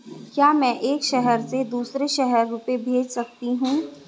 क्या मैं एक शहर से दूसरे शहर रुपये भेज सकती हूँ?